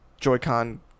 Joy-Con